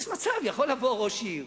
יכול לבוא ראש עיר